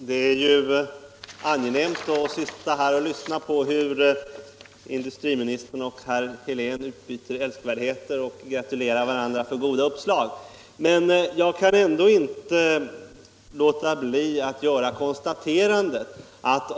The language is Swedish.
Herr talman! Det är angenämt att lyssna på hur industriministern och herr Helén utbyter älskvärdheter och gratulerar varandra till goda uppslag. Men jag kan ändå inte låta bli att göra några konstateranden.